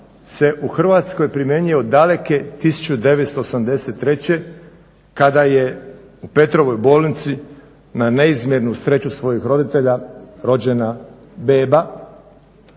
se u Hrvatskoj primjenjuje od daleke 1983. kada je u Petrovoj bolnici na neizmjernu sreću svojih roditelja rođena beba